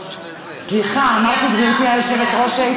אמרתי: גברתי היושבת-ראש.